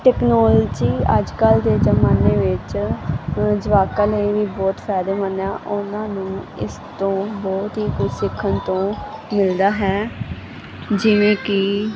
technology ਅੱਜ ਕੱਲ੍ਹ ਦੇ ਜਮਾਨੇ ਵਿੱਚ ਜਵਾਕਾਂ ਨੇ ਵੀ ਬਹੁਤ ਫਾਇਦੇ ਮੰਨਿਆ ਉਹਨਾਂ ਨੂੰ ਇਸ ਤੋਂ ਬਹੁਤ ਹੀ ਕੁਝ ਸਿੱਖਣ ਤੋਂ ਮਿਲਦਾ ਹੈ ਜਿਵੇਂ ਕਿ